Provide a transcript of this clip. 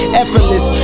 effortless